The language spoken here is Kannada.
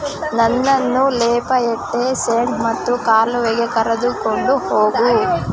ನನ್ನನ್ನು ಲೇಫಯೆಟ್ಟೆ ಸೇಂಟ್ ಮತ್ತು ಕಾಲುವೆಗೆ ಕರೆದುಕೊಂಡು ಹೋಗು